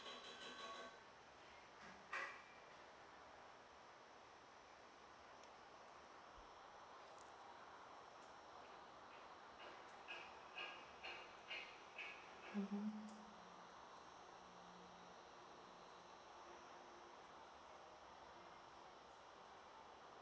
mmhmm